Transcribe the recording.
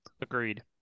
Agreed